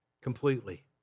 completely